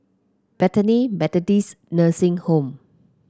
Bethany Methodist Nursing Home